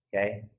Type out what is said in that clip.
okay